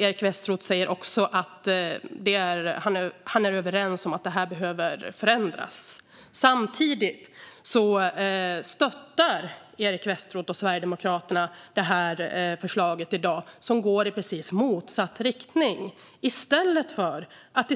Eric Westroth säger också att vi är överens om att det här behöver förändras. Samtidigt stöttar Eric Westroth och Sverigedemokraterna i dag ett förslag som går i precis motsatt riktning i stället för att